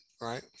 right